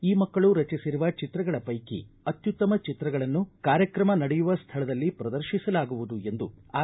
ಈ ಮಕ್ಕಳು ರಚಿಸಿರುವ ಚಿತ್ರಗಳ ಪೈಕಿ ಅತ್ಯುತ್ತಮ ಚಿತ್ರಗಳನ್ನು ಕಾರ್ಯಕ್ರಮ ನಡೆಯುವ ಸ್ಥಳದಲ್ಲಿ ಪ್ರದರ್ತಿಸಲಾಗುವುದು ಎಂದು ಆರ್